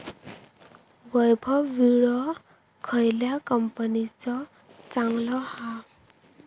वैभव विळो खयल्या कंपनीचो चांगलो हा?